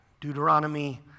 Deuteronomy